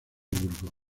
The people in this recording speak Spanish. burgos